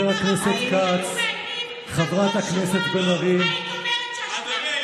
ראש השב"כ, היית אומרת שהשב"כ,